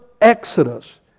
exodus